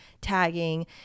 tagging